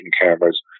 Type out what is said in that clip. cameras